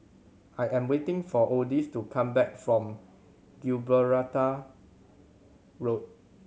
I am waiting for Odis to come back from Gibraltar Road